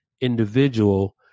individual